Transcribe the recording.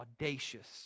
audacious